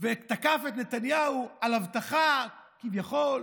ותקף את נתניהו על הבטחה, כביכול,